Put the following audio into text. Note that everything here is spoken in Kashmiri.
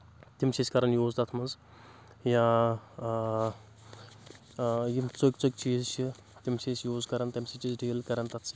تِم چھِ أسۍ کران یوٗز تتھ منٛز یا یِم ژۄکۍ ژۄکۍ چیٖز چھِ تِم چھِ أسۍ یوٗز کران تمہِ سۭتۍ چھِ أسۍ ڈیٖل کران تتھ سۭتۍ